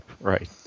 right